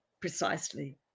precisely